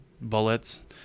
bullets